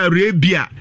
Arabia